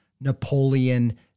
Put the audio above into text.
Napoleon